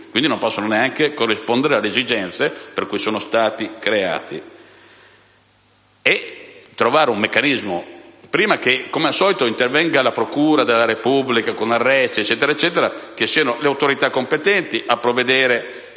chiusi e non possono quindi neanche corrispondere alle esigenze per le quali sono stati creati. Occorre trovare un meccanismo prima che, come al solito, intervenga la procura della Repubblica con arresti; è opportuno che siano le autorità competenti a provvedere,